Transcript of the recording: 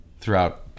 throughout